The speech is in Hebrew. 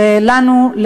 ולנו,